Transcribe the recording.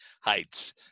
heights